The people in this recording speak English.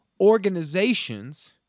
organizations